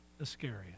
Iscariot